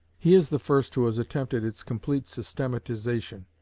he is the first who has attempted its complete systematization,